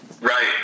right